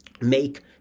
make